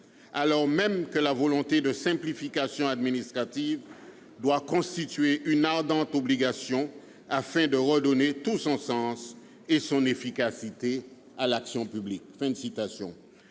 alors même que la volonté de simplification administrative doit constituer une ardente obligation afin de redonner tout son sens et son efficacité à l'action publique ».